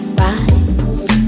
rise